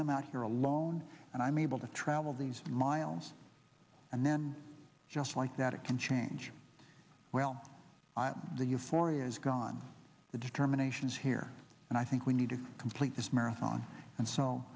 am out here alone and i'm able to travel these miles and then just like that it can change well i'm the euphoria is gone the determination is here and i think we need to complete this marathon and so